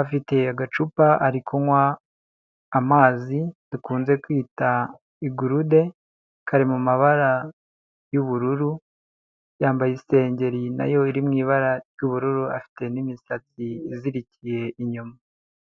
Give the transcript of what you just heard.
afite agacupa ari kunywa amazi, dukunze kwita igurude, kari mu mabara y'ubururu, yambaye isengeri nayo iri mu ibara ry'ubururu, afite n'imisatsi izirikiye inyuma.